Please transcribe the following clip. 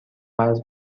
قرض